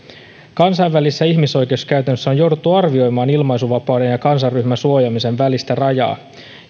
kansainvälisessä ihmisoikeuskäytännössä on jouduttu arvioimaan ilmaisunvapauden ja kansanryhmän suojaamisen välistä rajaa